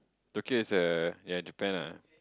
Tokyo is a ya Japan ah